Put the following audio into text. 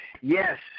Yes